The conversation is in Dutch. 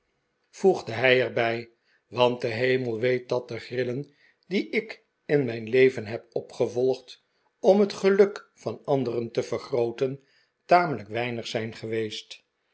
voegde hij er bij want de hemel weet dat de grillen die ik in mijn leven heb opgevolgd om het geluk van anderen te vergrooten tamelijk weinig zijn geweest